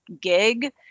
gig